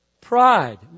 pride